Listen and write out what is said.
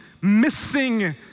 missing